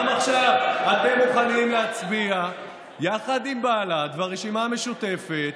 גם עכשיו אתם מוכנים להצביע יחד עם בל"ד והרשימה המשותפת